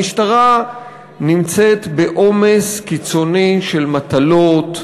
המשטרה נמצאת בעומס קיצוני של מטלות,